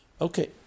Okay